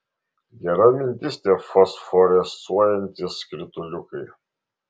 gera mintis tie fosforescuojantys skrituliukai